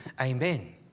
Amen